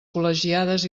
col·legiades